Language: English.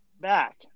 Back